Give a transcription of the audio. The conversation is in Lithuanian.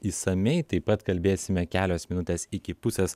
išsamiai taip pat kalbėsime kelios minutės iki pusės